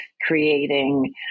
creating